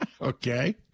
Okay